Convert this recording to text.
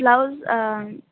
blouse